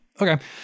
Okay